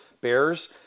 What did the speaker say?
Bears